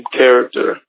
character